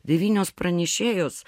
devynios pranešėjos